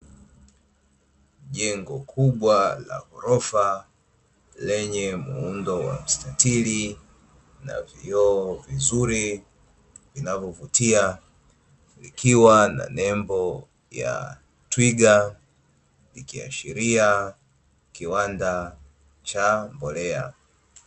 Jengo kubwa lofa lenye muundo wa ustili na vyoo vizuri, vinavyovutia na nembo ya twiga shiria kiwanda cha mbolea.